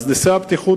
אז נושא הבטיחות,